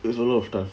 there's a lot of time